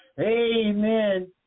amen